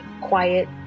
quiet